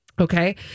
Okay